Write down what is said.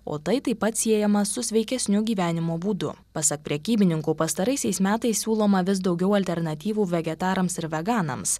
o tai taip pat siejama su sveikesniu gyvenimo būdu pasak prekybininkų pastaraisiais metais siūloma vis daugiau alternatyvų vegetarams ir veganams